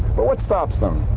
but what stops them?